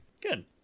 good